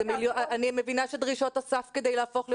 אני מבינה שדרישות הסף כדי להפוך להיות